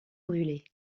brûlé